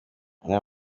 aya